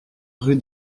rue